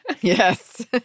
Yes